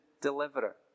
deliverer